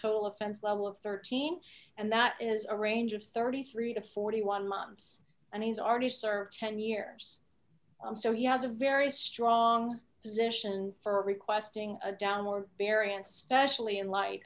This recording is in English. total offense level of thirteen and that is a range of thirty three to forty one months and he's already served ten years so he has a very strong position for requesting a downward variance specially in light